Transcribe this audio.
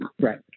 Right